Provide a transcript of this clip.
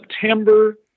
September